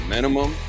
Minimum